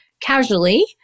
casually